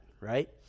right